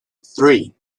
three